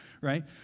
right